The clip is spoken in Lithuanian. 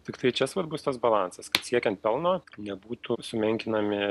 tiktai čia svarbus tas balansas kad siekiant pelno nebūtų sumenkinami